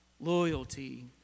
loyalty